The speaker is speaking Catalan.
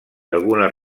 algunes